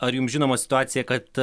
ar jums žinoma situacija kad